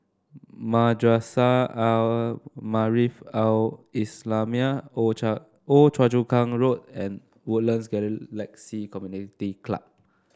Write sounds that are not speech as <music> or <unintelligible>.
Madrasah Al Maarif Al Islamiah <unintelligible> Old Choa Chu Kang Road and Woodlands Galaxy Community Club